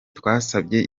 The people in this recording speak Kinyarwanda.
twasabye